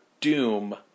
doom